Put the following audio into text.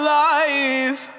life